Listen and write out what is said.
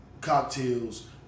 Cocktails